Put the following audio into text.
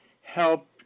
help